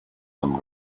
them